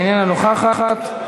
אינה נוכחת.